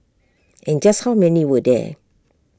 and just how many were there